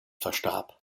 verstarb